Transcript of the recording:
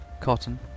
cotton